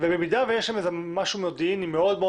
ובמידה ויש שם משהו מודיעיני מאוד מאוד